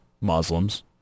Muslims